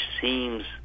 seems